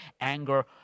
anger